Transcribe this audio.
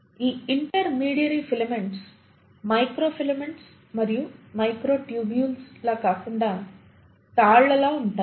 ఈ intermediary filaments micro filaments మరియు microtubules లా కాకుండా తాళ్లలా ఉంటాయి